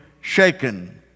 shaken